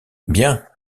bien